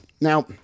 Now